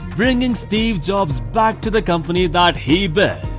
bringing steve jobs back to the company that he built.